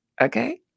Okay